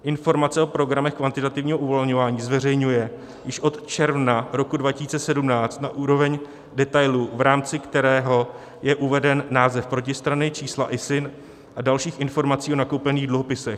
Informace o programech kvantitativního uvolňování zveřejňuje již od června roku 2017 na úroveň detailu, v rámci kterého je uveden název protistrany, čísla ISIN a dalších informací o nakoupených dluhopisech.